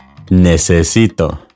Necesito